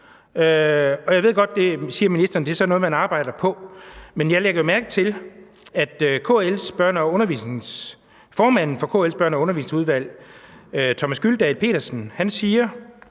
siger ministeren så er noget man arbejder på, men jeg lægger jo mærke til, at formanden for KL's Børne- og Undervisningsudvalg, Thomas Gyldal Petersen, siger: